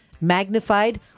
Magnified